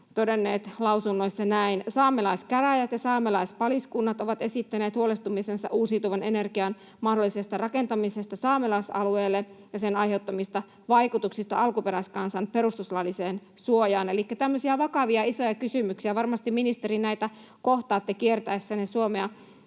Saamelaiskäräjät ja saamelaispaliskunnat ovat esittäneet huolestumisensa uusiutuvan energian mahdollisesta rakentamisesta saamelaisalueelle ja sen aiheuttamista vaikutuksista alkuperäiskansan perustuslailliseen suojaan. Elikkä tämmöisiä vakavia, isoja kysymyksiä, ja varmasti, ministeri, näitä kohtaatte kiertäessänne Suomea.